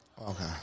Okay